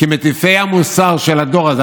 כמטיפי המוסר של הדור הזה,